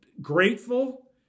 grateful